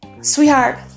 Sweetheart